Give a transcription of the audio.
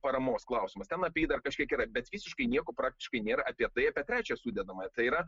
paramos klausimas ten apie jį dar kažkiek yra bet visiškai nieko praktiškai nėra apie tai apie trečią sudedamąja tai yra